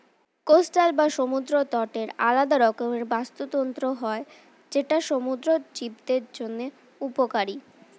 coastal বা সমুদ্র তটের আলাদা রকমের বাস্তুতন্ত্র হয় যেটা সমুদ্র জীবদের জন্য উপকারী